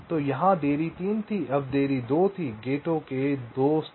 तो यहाँ देरी 3 थी अब देरी 2 थी गेटों के 2 स्तर